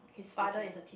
okay